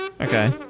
Okay